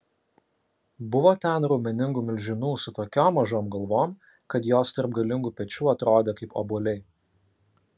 buvo ten raumeningų milžinų su tokiom mažom galvom kad jos tarp galingų pečių atrodė kaip obuoliai